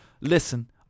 Listen